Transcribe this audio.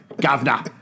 governor